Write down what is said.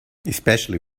especially